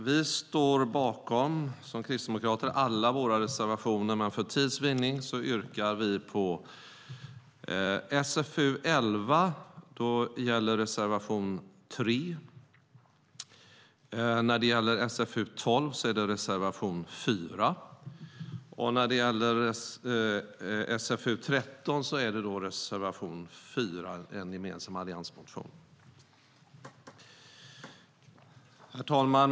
Vi kristdemokrater står bakom alla våra reservationer, men för tids vinnande yrkar vi bifall endast till reservation 3 i SfU11, reservation 4 i SfU12 och reservation 4, en gemensam alliansmotion, i SfU13.Herr talman!